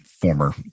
former